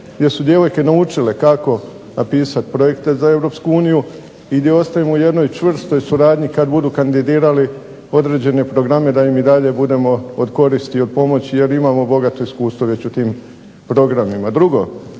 gdje su djevojke naučile kako napisati projekte za Europsku uniji i gdje ostajemo u jednoj čvrstoj suradnji kad budu kandidirali određene programe da im i dalje budemo od koristi i od pomoći jer imamo bogato iskustvo već u tim programima.